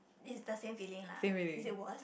is the same feeling lah is it worse